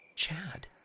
Chad